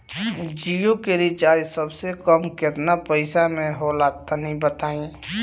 जियो के रिचार्ज सबसे कम केतना पईसा म होला तनि बताई?